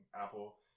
Apple